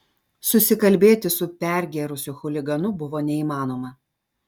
susikalbėti su pergėrusiu chuliganu buvo neįmanoma